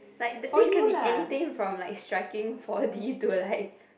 like this can be anything from like striking four D to like